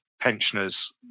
pensioners